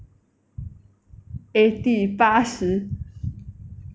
eighty 八十